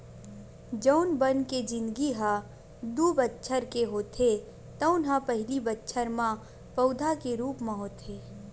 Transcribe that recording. जउन बन के जिनगी ह दू बछर के होथे तउन ह पहिली बछर म पउधा के रूप म होथे